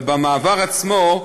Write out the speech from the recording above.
אבל במעבר עצמו,